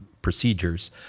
procedures